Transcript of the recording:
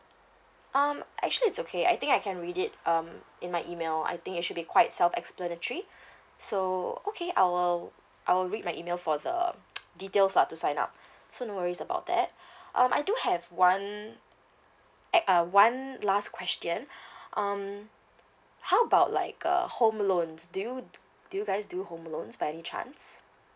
um actually it's okay I think I can read it um in my email I think it should be quite self explanatory so okay I will I will read my email for the details lah to sign up so no worries about that um I do have one ac~ uh one last question um how about like a home loan do you do you guys do home loans by any chance